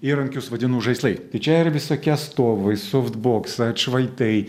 įrankius vadinu žaislai tai čia ir visokie stovai softboksai atšvaitai